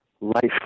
life